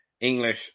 English